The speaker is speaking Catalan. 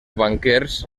banquers